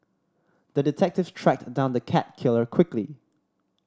the detective tracked down the cat killer quickly